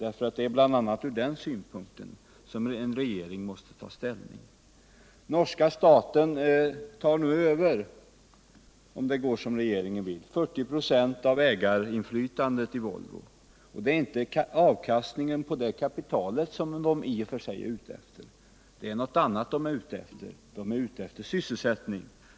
Det är ju bl.a. ur den synpunkten en regering måste ta ställning. Norska staten tar nu över — om det går som regeringen vill — 40 96 av ägarinflytandet i Volvo, och det är inte avkastningen på det kapitalet som den i och för sig är ute efter. Det är något annat den är ute efter — sysselsättning.